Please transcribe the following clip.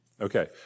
Okay